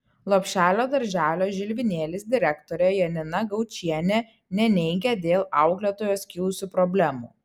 lopšelio darželio žilvinėlis direktorė janina gaučienė neneigia dėl auklėtojos kilusių problemų